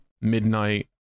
midnight